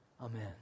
Amen